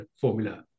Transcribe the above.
formula